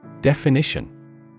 Definition